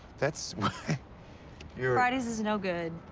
that's why you're fridays is no good.